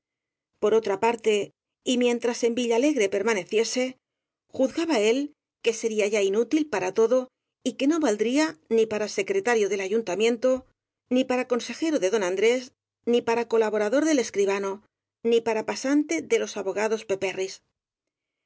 por otra parte y mientras en villalegre permane ciese juzgaba él que sería ya inútil para todo y que no valdría ni para secretario de ayuntamiento ni para consejero de don andrés ni para colabora dor del escribano ni para pasante de los abogados